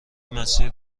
مسیر